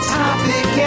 topic